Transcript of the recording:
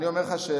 א.